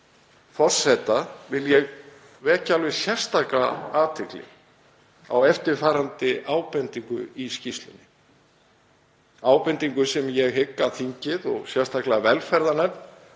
forseta vil ég vekja alveg sérstaka athygli á eftirfarandi ábendingu í skýrslunni, ábendingu sem ég hygg að þingið og sérstaklega velferðarnefnd,